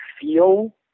feel